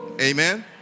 Amen